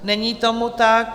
Není tomu tak.